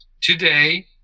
Today